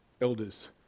elders